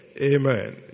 Amen